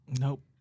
Nope